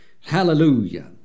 Hallelujah